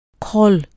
Call